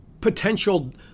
potential